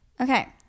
Okay